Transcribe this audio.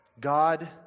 God